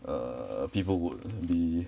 err people would be